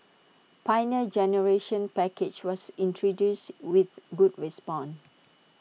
Pioneer Generation package was introduced with good response